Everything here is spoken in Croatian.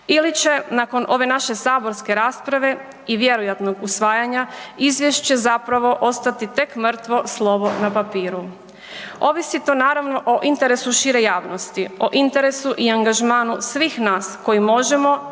ili će nakon ove naše saborske rasprave i vjerojatnog usvajanja izvješće zapravo ostati tek mrtvo slovo na papiru? Ovisi to naravno o interesu šire javnosti, o interesu i angažmanu svih nas koji možemo